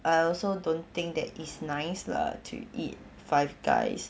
I also don't think that it's nice lah to eat five guys